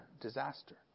disaster